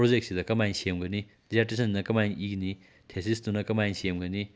ꯄ꯭ꯔꯣꯖꯦꯛꯁꯤꯗ ꯀꯔꯝ ꯍꯥꯏꯅ ꯁꯦꯝꯒꯅꯤ ꯗꯤꯖꯥꯔꯇꯦꯁꯟꯅ ꯀꯔꯝꯍꯥꯏꯅ ꯏꯒꯅꯤ ꯊꯦꯁꯤꯁꯇꯨꯅ ꯀꯔꯝꯍꯥꯏꯅ ꯁꯦꯝꯒꯅꯤ